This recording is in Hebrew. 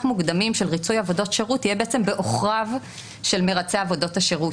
מוקדמים של ריצוי עבודות שירות יהיה בעוכריו של מרצה עבודות השירות.